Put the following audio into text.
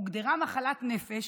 הוגדרה מחלת נפש,